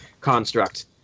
construct